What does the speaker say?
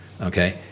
Okay